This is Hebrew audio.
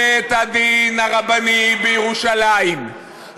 אני אגיד לך למה: מפני שבית-הדין הרבני בירושלים,